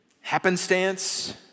Happenstance